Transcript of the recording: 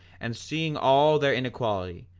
and seeing all their inequality,